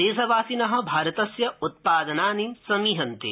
देशवासिन भारतस्य उत्पादनानि समीहन्ते